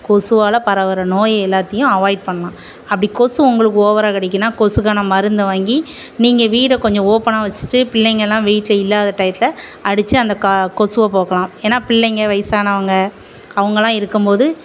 கொசுவால் பரவுகிற நோய் எல்லாத்தையும் அவாய்ட் பண்ணலாம் அப்படி கொசு உங்களுக்கு ஓவராக கடிக்கின்னா கொசுவுக்கான மருந்தை வாங்கி நீங்கள் வீட கொஞ்சம் ஓப்பனா வச்சிட்டு பிள்ளைங்களாம் வீட்டில் இல்லாத டையத்தில் அடிச்சி அந்த க கொசுவ போக்கலாம் ஏன்னா பிள்ளைங்க வயிசானவங்க அவங்களாம் இருக்கும் போது